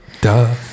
Duh